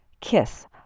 KISS